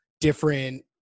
different